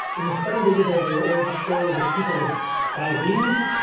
in the study they did there they were able to show that people with diabetes,